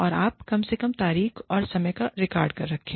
और आप कम से कम तारीख और समय का रिकॉर्ड रखें